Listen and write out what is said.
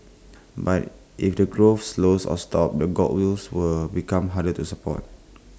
but if the growth slows or stops that goodwill will become harder to support